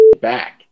back